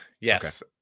Yes